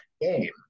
game